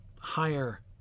higher